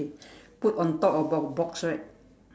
put on top of a box right